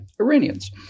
Iranians